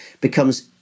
becomes